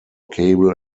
cable